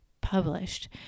published